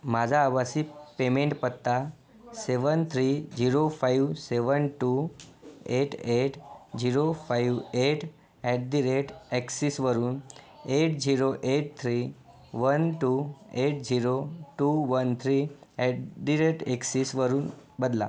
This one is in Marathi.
माझा आभासी पेमेंट पत्ता seven three zero five seven two eight eight zero five eight at the rate ऍक्सिसवरून eight zero eight three one two eight zero two one three at the rate ऍक्सिसवरून बदला